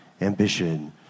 ambition